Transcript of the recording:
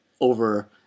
over